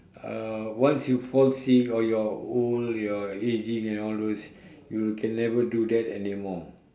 uh once you fall sick or you are old your ageing and all those you can never do that anymore